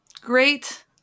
Great